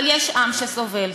אבל יש עם שסובל.